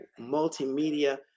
multimedia